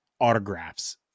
autographs